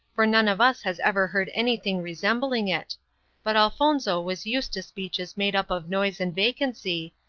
for none of us has ever heard anything resembling it but elfonzo was used to speeches made up of noise and vacancy,